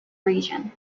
region